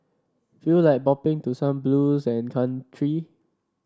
feel like bopping to some blues and country